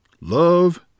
love